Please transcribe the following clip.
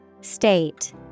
State